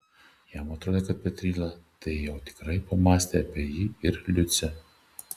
jam atrodė kad petryla tai jau tikrai pamąstė apie jį ir liucę